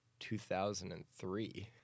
2003